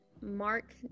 mark